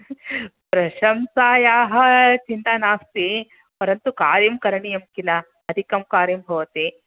प्रशंसायाः चिन्ता नास्ति परन्तु कार्यं करणीयं किल अधिकं कार्यं भवति